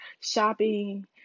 Shopping